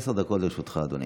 עשר דקות לרשותך, אדוני.